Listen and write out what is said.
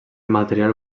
material